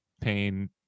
pain